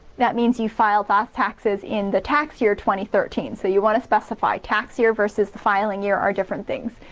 that means you filed last taxes in the tax year twenty thirteen, so you want to specify tax year versus the filing year are different things.